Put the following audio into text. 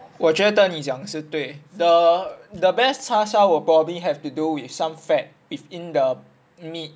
我觉得你讲是对 the the best 叉烧 will probably have to do with some fat with in the meat